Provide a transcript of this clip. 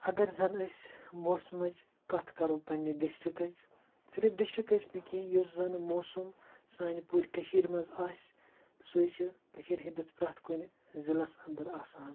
اگر زَن أسۍ موسمٕچ کَتھ کَرو پننہِ ڈِسٹِرٛکٕچ صِرف ڈِسٹِرٛکٕچ نہٕ کیٚنٛہہ یُس زَن موسَم سانہِ پوٗرٕ کٔشیٖر منٛز آسہِ سُے چھُ کٔشیٖرِ ہِنٛدِس پرٛیٚتھ کُنہِ ضِلعَس انٛدر آسان